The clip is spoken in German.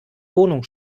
wohnung